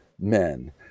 men